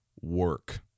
work